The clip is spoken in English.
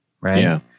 Right